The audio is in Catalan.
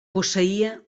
posseïa